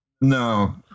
No